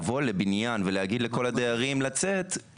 אז לבוא לבניין ולהגיד לכל הדיירים לצאת,